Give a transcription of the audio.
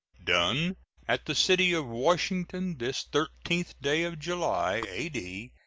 done at the city of washington, this thirteenth day of july, a d.